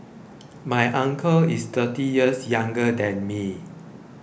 my uncle is thirty years younger than me